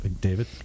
David